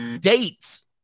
Dates